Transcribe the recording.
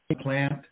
plant